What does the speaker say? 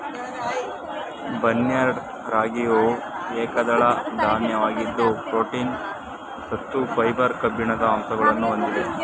barnyard ರಾಗಿಯು ಏಕದಳ ಧಾನ್ಯವಾಗಿದ್ದು ಪ್ರೋಟೀನ್, ಸತ್ತು, ಫೈಬರ್, ಕಬ್ಬಿಣದ ಅಂಶಗಳನ್ನು ಹೊಂದಿದೆ